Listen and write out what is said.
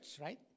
right